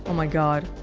and my god.